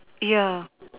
ya